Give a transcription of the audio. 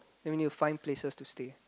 then we need to find places to stay